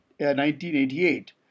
1988